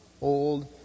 old